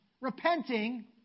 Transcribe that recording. repenting